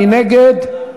מי נגד?